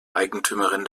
eigentümerin